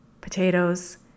potatoes